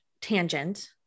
tangent